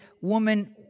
woman